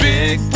Big